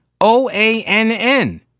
OANN